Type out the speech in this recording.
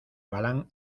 galán